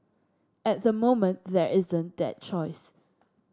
at the moment there isn't that choice